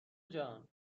جان